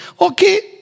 Okay